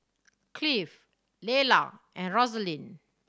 Clive Lelah and Rosaline